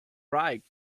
right